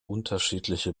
unterschiedliche